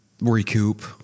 recoup